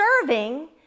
serving